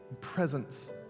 presence